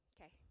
Okay